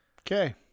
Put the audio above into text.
Okay